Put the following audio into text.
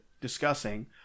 discussing